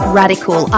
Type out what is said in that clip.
radical